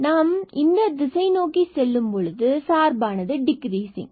நாம் இந்த திசை நோக்கி செல்லும்பொழுது சார்பானது டிகிரீசிங்